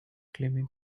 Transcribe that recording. claiming